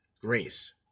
Grace